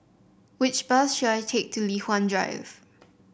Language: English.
which bus should I take to Li Hwan Drive